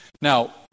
Now